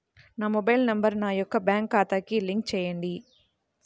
నా mobile number నా యొక్క బ్యాంక్ ఖాతాకి లింక్ చేయండీ?